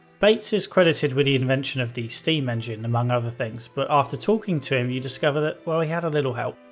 bates is credited with the invention of the steam engine among other things, but after talking to him you discover that had a little uncredited help.